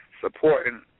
Supporting